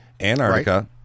Antarctica